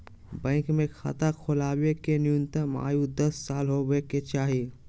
bank मे खाता खोलबावे के न्यूनतम आयु दस साल होबे के चाही